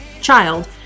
child